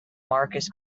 marcus